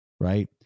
right